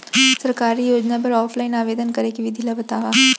सरकारी योजना बर ऑफलाइन आवेदन करे के विधि ला बतावव